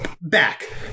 back